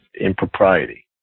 impropriety